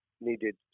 needed